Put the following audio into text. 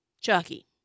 Chucky